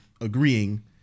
agreeing